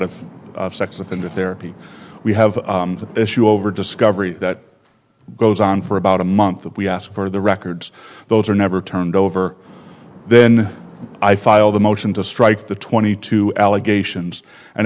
of sex offender therapy we have an issue over discovery that goes on for about a month that we ask for the records those are never turned over then i filed a motion to strike the twenty two allegations and